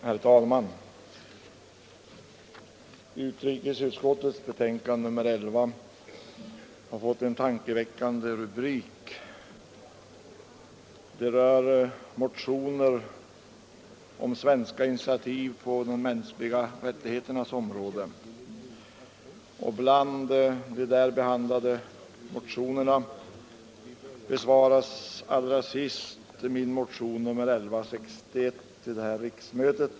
Herr talman! Utrikesutskottets betänkande nr 11 har fått en tankeväckande rubrik. Det handlar om motioner rörande svenska initiativ på de mänskliga rättigheternas område, och bland de där behandlade motionerna besvaras allra sist min motion 1161 som väckts vid detta riksmöte.